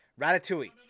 Ratatouille